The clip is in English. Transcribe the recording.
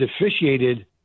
officiated